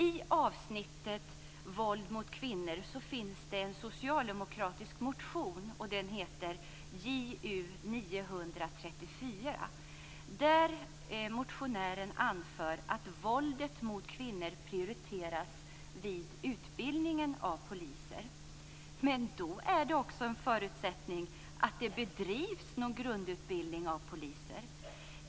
I avsnittet Våld mot kvinnor finns det en socialdemokratisk motion som heter JU934. Där anför motionären att våldet mot kvinnor prioriteras vid utbildning av poliser. Men då är det också en förutsättning att det bedrivs en grundutbildning av poliser.